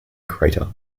crater